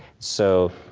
so,